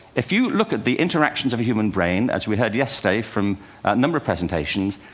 if you look at the interactions of a human brain, as we heard yesterday from a number of presentations,